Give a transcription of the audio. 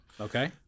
Okay